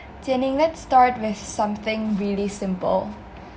Jian-Ning let's start with something really simple